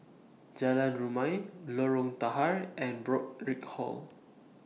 Jalan Rumia Lorong Tahar and Burkill Hall